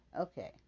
Okay